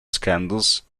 scandals